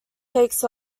takes